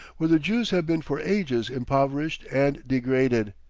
where the jews have been for ages impoverished and degraded.